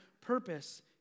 purpose